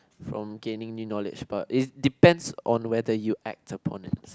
from gaining in knowledge but is depends on whether you act upon it